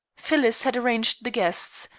phyllis had arranged the guests,